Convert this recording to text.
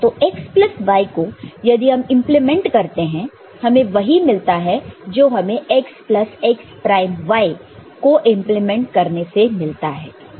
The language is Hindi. तो x प्लस y को यदि हम इंप्लीमेंट करते हैं हमें वही मिलता है जो हमें x plus x prime y को इंप्लीमेंट करने से मिलता है